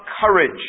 courage